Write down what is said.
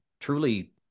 truly